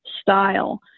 style